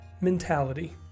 mentality